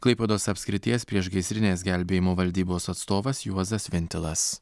klaipėdos apskrities priešgaisrinės gelbėjimo valdybos atstovas juozas vintilas